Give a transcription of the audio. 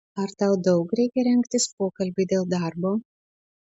ar daug tau reikia rengtis pokalbiui dėl darbo